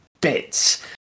bits